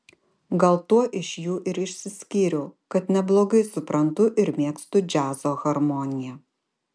gal tuo iš jų ir išsiskyriau kad neblogai suprantu ir mėgstu džiazo harmoniją